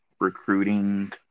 recruiting